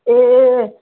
ए